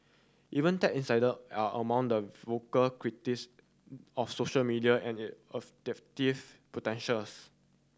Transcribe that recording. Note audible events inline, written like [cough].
even tech insider are among the vocal critics of social media and it of [unintelligible] potentials